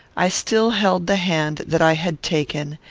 i still held the hand that i had taken,